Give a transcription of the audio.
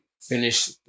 Finish